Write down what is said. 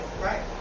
Right